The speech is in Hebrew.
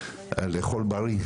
לאכול בריא,